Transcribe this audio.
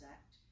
Act